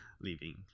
leaving